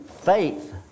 Faith